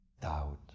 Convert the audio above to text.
doubt